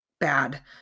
bad